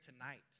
tonight